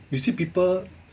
you see people